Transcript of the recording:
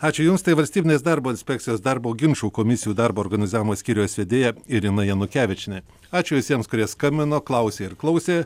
ačiū jums tai valstybinės darbo inspekcijos darbo ginčų komisijų darbo organizavimo skyriaus vedėja irina janukevičienė ačiū visiems kurie skambino klausė ir klausė